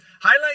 Highlight